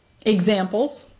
examples